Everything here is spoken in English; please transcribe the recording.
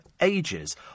ages